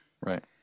Right